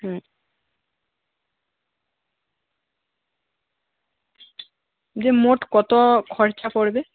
হুম দিয়ে মোট কত খরচা পড়বে